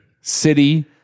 city